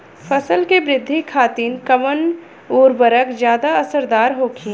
फसल के वृद्धि खातिन कवन उर्वरक ज्यादा असरदार होखि?